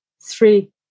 three